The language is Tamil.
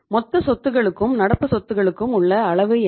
மொத்த சொத்துக்களுக்கும் நடப்பு சொத்துக்களுக்கும் உள்ள அளவு என்ன